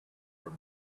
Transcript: from